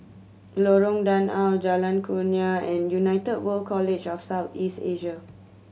Lorong Danau Jalan Kurnia and United World College of South East Asia